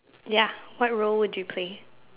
ya what role would you play